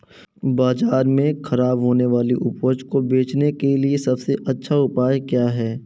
बाजार में खराब होने वाली उपज को बेचने के लिए सबसे अच्छा उपाय क्या है?